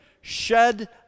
shed